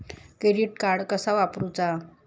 Credit card कसा वापरूचा?